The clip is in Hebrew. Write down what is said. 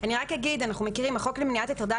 אני רק אגיד ואנחנו מכירים החוק למניעת הטרדה